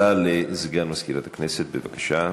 הודעה לסגן מזכירת הכנסת, בבקשה.